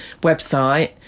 website